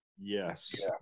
Yes